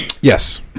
Yes